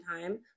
time